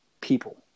people